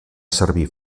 servir